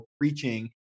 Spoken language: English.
preaching